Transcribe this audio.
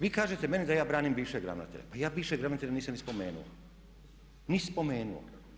Vi kažete meni da ja branim bivšeg ravnatelja, pa ja bivšeg ravnatelja nisam ni spomenuo, ni spomenuo.